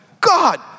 God